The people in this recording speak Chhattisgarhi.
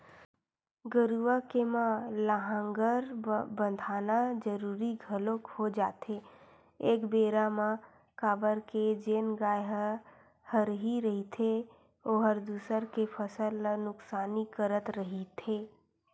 गरुवा के म लांहगर बंधाना जरुरी घलोक हो जाथे एक बेरा म काबर के जेन गाय ह हरही रहिथे ओहर दूसर के फसल ल नुकसानी करत रहिथे